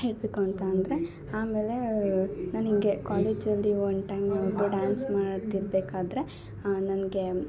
ಹೇಳಬೇಕು ಅಂತ ಅಂದರೆ ಆಮೇಲೆ ನಾನು ಹೀಗೆ ಕಾಲೇಜ್ ಅಲ್ಲಿ ವನ್ ಟೈಮ್ ನಾನು ಒಬ್ಳು ಡ್ಯಾನ್ಸ್ ಮಾಡ್ತಿರ್ಬೇಕಾದರೆ ನನಗೆ